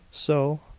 so,